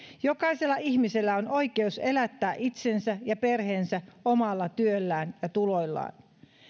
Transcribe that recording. jokaisella ihmisellä on oikeus elättää itsensä ja perheensä omalla työllään ja tuloillaan